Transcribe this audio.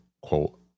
Quote